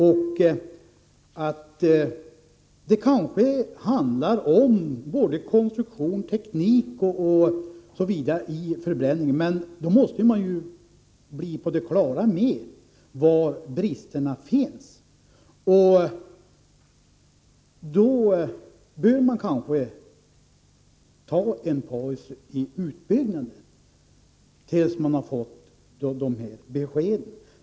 Det är möjligt att det handlar om både konstruktion, förbränningsteknik och annat, men då måste man ju bli på det klara med var bristerna finns. Därför bör man kanske ta en paus i utbyggnaden tills man har fått besked.